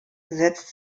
setzt